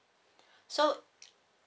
so